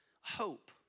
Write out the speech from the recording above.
hope